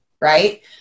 right